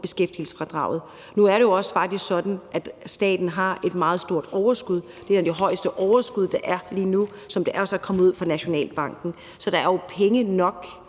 beskæftigelsesfradraget. Nu er det faktisk også sådan, at staten har et meget stort overskud. Det overskud, der er lige nu, er et af de højeste overskud ifølge Nationalbanken. Så der er jo penge nok.